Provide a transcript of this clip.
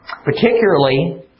Particularly